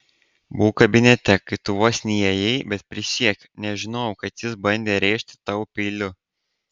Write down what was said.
buvau kabinete kai tu vos neįėjai bet prisiekiu nežinojau kad jis bandė rėžti tau peiliu